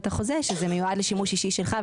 החוזה שהוא מיועד לשימוש האישי שלך,